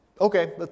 okay